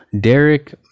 Derek